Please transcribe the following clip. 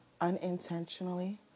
unintentionally